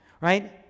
Right